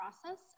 process